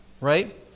right